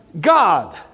God